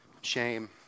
Shame